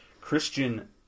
Christian